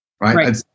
Right